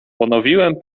ponowiłem